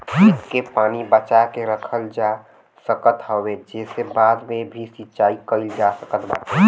खेत के पानी बचा के रखल जा सकत हवे जेसे बाद में भी सिंचाई कईल जा सकत बाटे